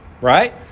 right